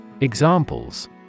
Examples